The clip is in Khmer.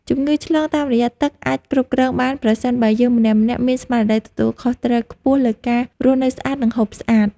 ជំងឺឆ្លងតាមរយៈទឹកអាចគ្រប់គ្រងបានប្រសិនបើយើងម្នាក់ៗមានស្មារតីទទួលខុសត្រូវខ្ពស់លើការរស់នៅស្អាត និងហូបស្អាត។